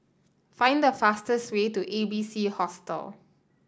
find the fastest way to A B C Hostel